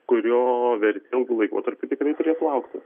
kurio vertė ilgu laikotarpiu tikrai turi augti